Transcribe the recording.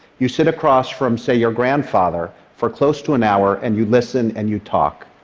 you sit across from, say, your grandfather for close to an hour and you listen and you talk.